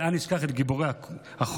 אבל אל נשכח את גיבורי החושך,